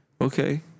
okay